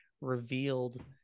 revealed